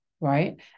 right